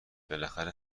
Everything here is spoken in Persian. بالاخره